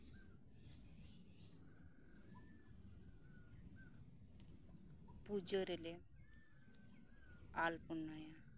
ᱯᱩᱡᱟᱹ ᱨᱮᱞᱮ ᱟᱞᱯᱚᱱᱟᱭᱟ